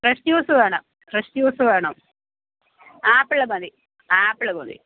fresh juice വേണം fresh juice വേണം apple മതി ആപ്പിള് മതി